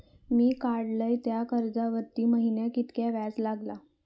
मी काडलय त्या कर्जावरती महिन्याक कीतक्या व्याज लागला?